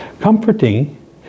Comforting